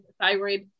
thyroid